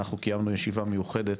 אנחנו קיימנו ישיבה מיוחדת